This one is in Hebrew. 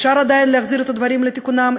אפשר עדיין להחזיר את הדברים לתיקונם,